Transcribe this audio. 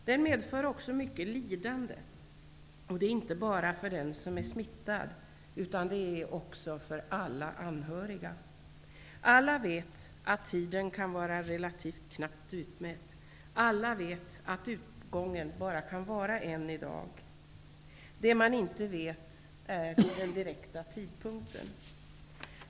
Den medför även mycket lidande, inte bara för den smittade utan även för alla anhöriga. Alla vet att tiden kan vara relativt knappt utmätt, alla vet att utgången bara kan vara en i dag. Det man inte vet är den direkta tidpunkten.